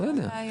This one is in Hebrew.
בסדר.